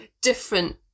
different